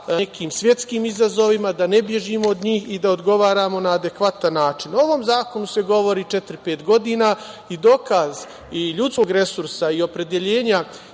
nekim svetskim izazovima, da ne bežimo od njih i da odgovaramo na adekvatan način.O ovom zakonu se govori četiri, pet godina i dokaz i ljudskog resursa i opredeljenja